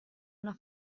una